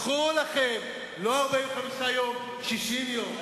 קחו לכם לא 45 יום, 60 יום.